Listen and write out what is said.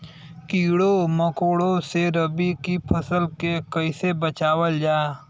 कीड़ों मकोड़ों से रबी की फसल के कइसे बचावल जा?